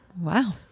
Wow